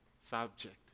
subject